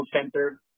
center